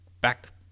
back